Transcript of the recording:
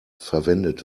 verwendet